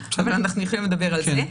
אבל אנחנו יכולים לדבר על זה.